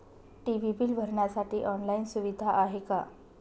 TV bill भरण्यासाठी online सुविधा आहे का?